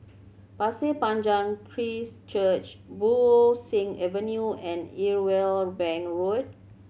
Pasir Panjang Christ Church Bo Seng Avenue and Irwell Bank Road